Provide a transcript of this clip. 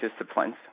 disciplines